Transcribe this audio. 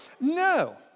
No